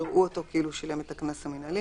יראו אותו כאילו שילם את הקנס המינהלי